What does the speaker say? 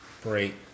break